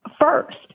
first